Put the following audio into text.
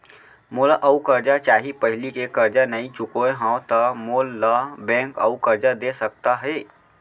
मोला अऊ करजा चाही पहिली के करजा नई चुकोय हव त मोल ला बैंक अऊ करजा दे सकता हे?